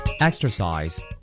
Exercise